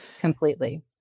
Completely